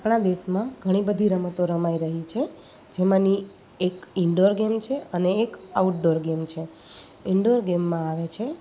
આપણા દેશમાં ઘણી બધી રમતો રમાઈ રહી છે જેમાંની એક ઇન્ડોર ગેમ છે અને એક આઉટડોર ગેમ છે ઇન્ડોર ગેમમાં આવે છે